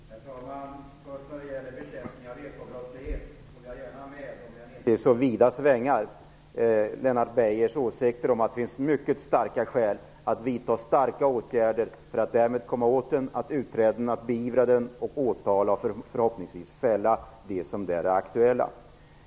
Herr talman! När det gäller bekämpning av ekobrottslighet håller jag med Lennart Beijer - om än inte i så vida svängar. Det finns mycket starka skäl att vidta åtgärder för att komma åt ekobrottsligheten, utreda den, beivra den och åtala och förhoppningsvis fälla dem som är aktuella.